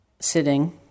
sitting